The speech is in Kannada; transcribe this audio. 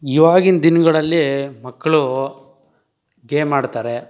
ಇವಾಗಿನ ದಿನಗಳಲ್ಲಿ ಮಕ್ಕಳು ಗೇಮ್ ಆಡ್ತಾರೆ